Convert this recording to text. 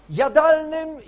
jadalnym